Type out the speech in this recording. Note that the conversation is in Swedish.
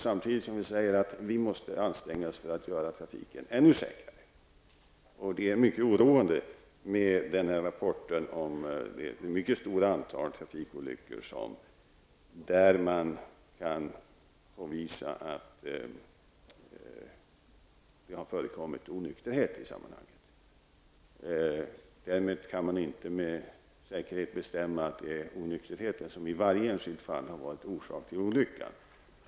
Samtidigt måste vi anstränga oss för att göra trafiken ännu säkrare. Den rapport som kommit om det mycket stora antal trafikolyckor där det kan påvisas att det har förekommit onykterhet i sammanhanget är mycket oroande. Man kan därmed inte med säkerhet säga att det i varje enskilt fall är onykterheten som varit orsak till olyckan.